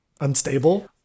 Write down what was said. unstable